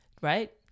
Right